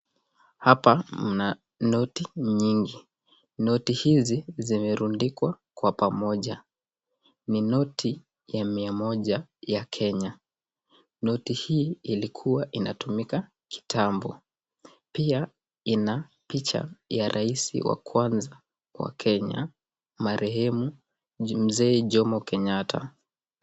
Hapa mna noti nyingi. Noti hizi zimerundikwa kwa pamoja ni noti mia moja ya kenya. Noti hii ilikuwa inatumika kitambo. Pia ina picha ya rais wa kwanza wa kenya marehemu mzee Jomo Kenyatta.